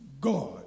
God